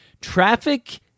Traffic